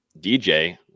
DJ